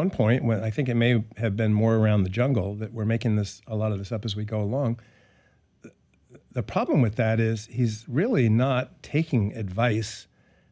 one point when i think it may have been more around the jungle that we're making this a lot of this up as we go along the problem with that is he's really not taking advice